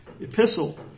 epistle